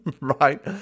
right